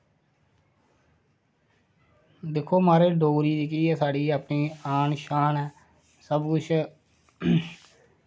दिक्खो म्हाराज डोगरी जेह्की ऐ साढ़ी अपनी आन शान ऐ सबकुछ